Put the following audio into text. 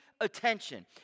attention